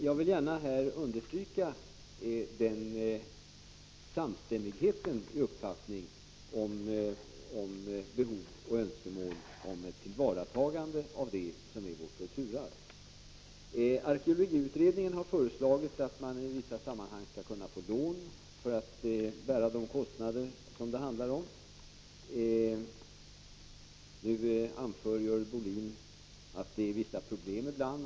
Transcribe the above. Jag vill gärna här understryka samstämmigheten i uppfattningen när det gäller behov av och önskemål om tillvaratagande av det som hör till vårt kulturarv. Arkeologiutredningen har föreslagit att man i vissa sammanhang skall kunna få lån för att bära de kostnader som det handlar om. Nu anför Görel Bohlin att det uppstår vissa problem ibland.